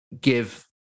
give